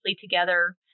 together